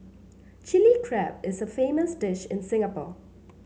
Chilli Crab is a famous dish in Singapore